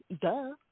Duh